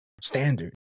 standard